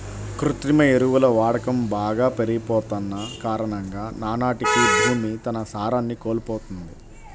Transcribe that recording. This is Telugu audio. కృత్రిమ ఎరువుల వాడకం బాగా పెరిగిపోతన్న కారణంగా నానాటికీ భూమి తన సారాన్ని కోల్పోతంది